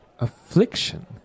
Affliction